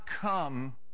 come